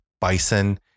bison